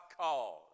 cause